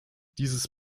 dieses